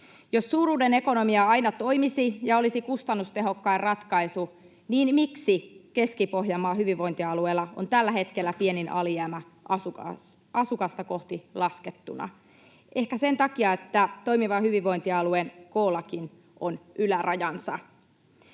Jos suuruuden ekonomia aina toimisi ja olisi kustannustehokkain ratkaisu, niin miksi Keski-Pohjanmaan hyvinvointialueella on tällä hetkellä pienin alijäämä asukasta kohti laskettuna? Ehkä sen takia, että toimivan hyvinvointialueen koollakin on ylärajansa.